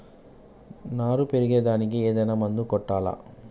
నారు పెరిగే దానికి ఏదైనా మందు కొట్టాలా?